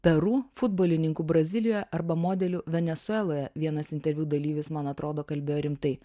peru futbolininku brazilijoje arba modeliu venesueloje vienas interviu dalyvis man atrodo kalbėjo rimtai